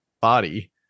body